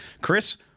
Chris